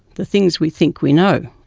the things we think we know.